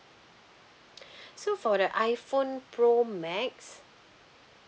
so for the iphone pro max